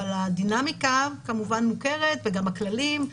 אבל הדינמיקה כמובן מוכרת וגם הכללים.